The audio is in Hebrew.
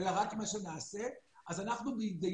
אלא רק מה שנעשה, אז אנחנו בהתדיינות,